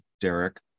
Derek